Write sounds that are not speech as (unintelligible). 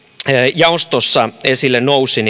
jaostossa esille nousi (unintelligible)